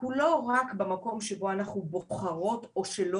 הוא לא רק במקום שבו אנחנו בוחרות או שלא